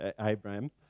Abraham